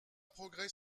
progrès